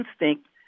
instinct